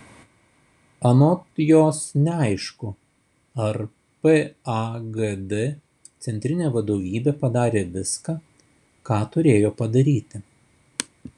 anot jos neaišku ar pagd centrinė vadovybė padarė viską ką turėjo padaryti